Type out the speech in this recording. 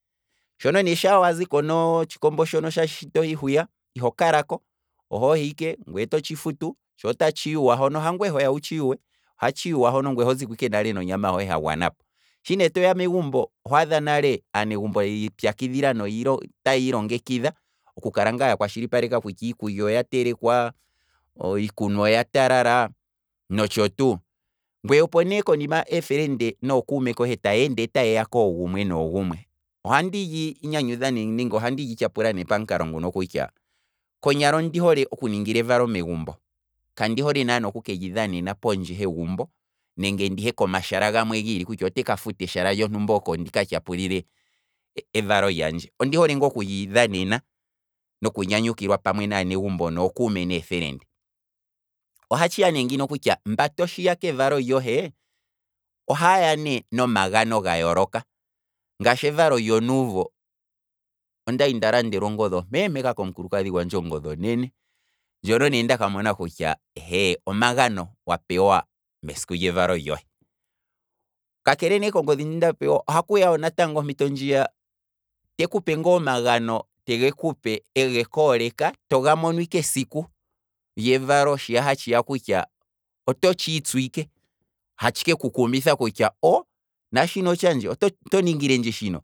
Shono ne sha wazikonotshikombo shi tohi hwiya, iho kalako, ohohi ike ngwee totshi futu tsho otatshi yuwa hono, hangwe hoya wutshi yuwe, ohatshi yuwa hono, ngwee hoziko ike nale nonyama hohe ha gwanapo, shi ne toya megumbo, oho adha nale aanegumbo yiipyakidhila notaya ilongekidha okuka ya kwashilipaleka kutya iikulya oya telekwa iikunwa oya talala notsho tuu, ngweye po ne konima eefelende nookume kohe tayeende ta yeya koogumwe noogumwe, ohandi lyinyanyudha nee nenge ohandi lyityapula pamukalo nguno ne kutya, konyala ondi hole okuningila evalo megumbo kandi hole naana oku keli longela kondje hegumbo nenge ndihe komashala gamwe giili pamwe kutya oteka kafuta eshala lyontumba oko ndika tyapulile evalo lyandje ondi hole ngaa okili dhanena nokutyapula pamwe naanegumbo nookume neefelende, ohatshiya ne ngino kutya mba toshiya kevalo lyohe, ohatshiya ne ngino kutya ohaaya ne nomagano ga yooloka, ngashi evalo lyonuuvo ondali nda landelwa ongodhi ompeempeka komukulukadhi gwandje ongodhi onene, ngono ne ndaka mona kutya omagano ehee, omagano nda pewa mesiku lyevalo lyohe, ka kele ne kongodhi ndji nda pewa, ohakuya wo ompito ndjiya tekupe ngaa omagano tekupe egeku oleka, toga mono ike esiku lyevalo shi hatshiya kutya oto tshiitsu ike, hatshi keku kumitha kutya, naashika otshandje, oto ningilendje shino